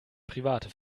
private